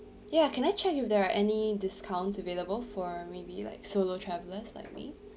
ya can I check if there are any discounts available for maybe like solo travelers like me